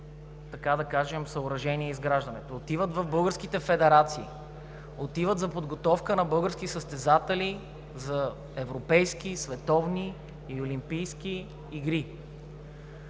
така да кажем, съоръжения и изграждането им, отиват в българските федерации, отиват за подготовка на български състезатели за европейски, световни и олимпийски игри.